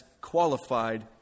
qualified